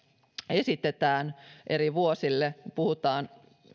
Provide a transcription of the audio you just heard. esitetään eri vuosille puhutaan